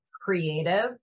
creative